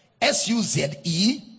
s-u-z-e